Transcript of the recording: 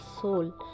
soul